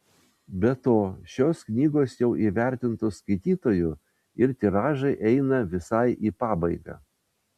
be to šios knygos jau įvertintos skaitytojų ir tiražai eina visai į pabaigą